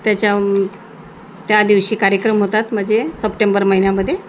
त्याच्या त्या दिवशी कार्यक्रम होतात म्हणजे सप्टेंबर महिन्यामध्ये